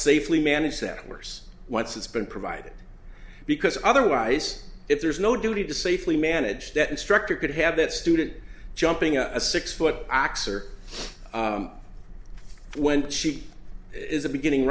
safely manage that worse once it's been provided because otherwise if there is no duty to safely manage that instructor could have that student jumping on a six foot boxer when she is a beginning